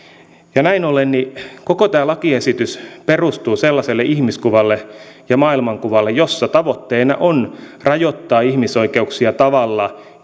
näin ollen koko tämä lakiesitys perustuu sellaiselle ihmiskuvalle ja maailmankuvalle jossa tavoitteena on rajoittaa ihmisoikeuksia tavalla